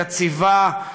יציבה,